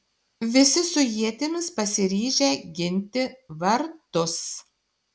visi su ietimis pasiryžę ginti vartus